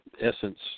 essence